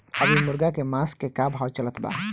अभी मुर्गा के मांस के का भाव चलत बा?